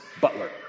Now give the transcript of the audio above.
butler